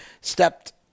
stepped